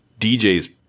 DJ's